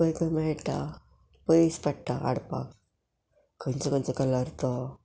खंय खंय मेळटा पयस पडटा हाडपाक खंयचो खंयचो कलर तो